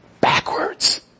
backwards